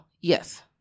Yes